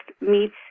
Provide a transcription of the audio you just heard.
meets